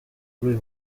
kuri